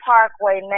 Parkway